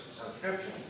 subscription